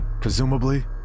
presumably